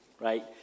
Right